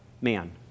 man